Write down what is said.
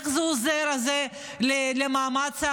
איך זה עוזר למאמץ המלחמתי?